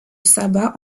sabah